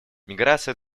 миграция